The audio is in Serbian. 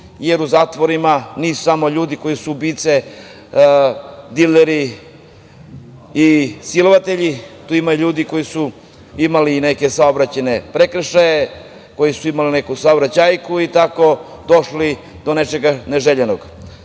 jer u zatvorima nisu samo ljudi koji su ubice, dileri i silovatelji, ima tu ljudi koji su imali i neke saobraćajne prekršaje, koji su imali neku saobraćajku i tako došli do nečega neželjenog.